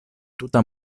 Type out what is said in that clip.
tuta